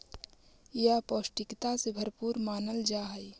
यह पौष्टिकता से भरपूर मानल जा हई